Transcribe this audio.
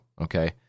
okay